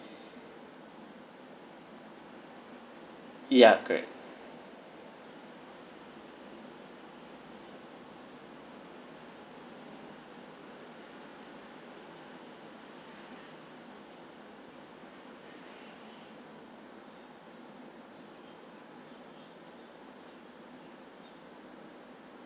ya correct